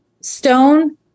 stone